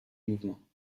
mouvement